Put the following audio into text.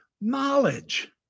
knowledge